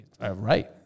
right